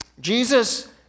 Jesus